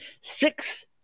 Six